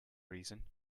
reason